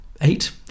Eight